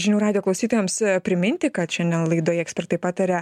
žinių radijo klausytojams priminti kad šiandien laidoje ekspertai pataria